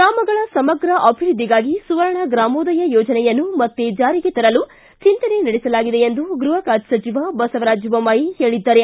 ಗ್ರಾಮಗಳ ಸಮಗ್ರ ಅಭಿವೃದ್ಧಿಗಾಗಿ ಸುವರ್ಣ ಗ್ರಾಮೋದಯ ಯೋಜನೆಯನ್ನು ಮತ್ತೆ ಜಾರಿಗೆ ತರಲು ಚಿಂತನೆ ನಡೆಸಲಾಗಿದೆ ಎಂದು ಗೃಹ ಖಾತೆ ಸಚಿವ ಬಸವರಾಜ ಬೊಮ್ಮಾಯಿ ಹೇಳಿದ್ದಾರೆ